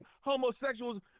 homosexuals